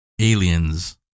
aliens